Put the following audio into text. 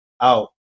out